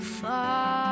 far